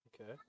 Okay